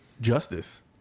justice